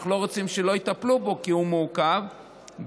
אנחנו לא רוצים שלא יטפלו בו כי הוא מעוכב בעת